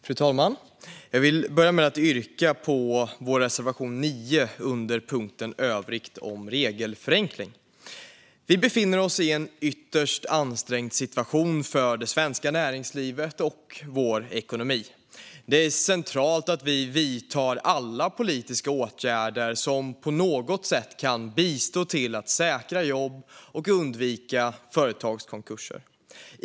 Fru talman! Jag vill börja med att yrka bifall till vår reservation 9 under punkten Övrigt om regelförenkling. Vi befinner oss i en ytterst ansträngd situation för det svenska näringslivet och vår ekonomi. Det är centralt att vi vidtar alla politiska åtgärder som på något sätt kan bidra till att säkra jobb och undvika företagskonkurser.